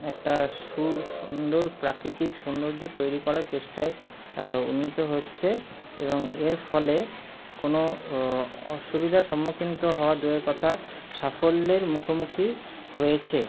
একটা সু সুন্দর প্রাকৃতিক সৌন্দর্য তৈরি করার চেষ্টায় উন্নীত হচ্ছে এবং এর ফলে কোনও অসুবিধার সম্মুখীন তো হওয়া দূরের কথা সাফল্যের মুখোমুখি হয়েছে